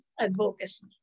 advocacy